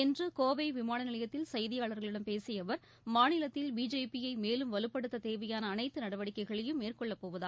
இன்று கோவை விமான நிலையத்தில் செய்தியாளர்களிடம் பேசிய அவர் மாநிலத்தில் பிஜேபியை மேலும் வலுப்படுத்த தேவையான அனைத்து நடவடிக்கைகளையும் மேற்கொள்ளப் போவதாக கூறினார்